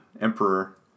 Emperor